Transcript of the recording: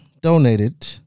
donated